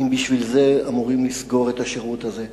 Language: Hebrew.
אם בשביל זה אמורים לסגור את השירות הזה.